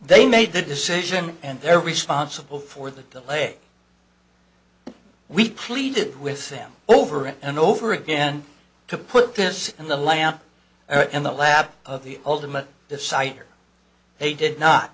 they made the decision and they're responsible for the way we pleaded with him over and over again to put this in the lamp or in the lap of the ultimate decider they did not